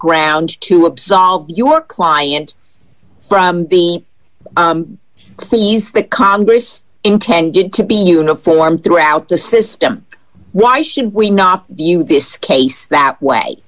ground to absolve your client from the fees that congress intended to be uniform throughout the system why should we not view this case that way